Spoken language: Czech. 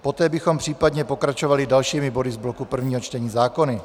Poté bychom případně pokračovali dalšími body z bloku prvního čtení zákonů.